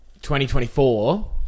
2024